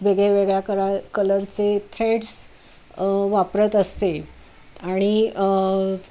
वेगळ्या वेगळ्या करा कलरचे थ्रेड्स वापरत असते आणि